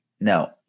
No